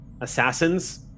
assassins